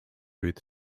booth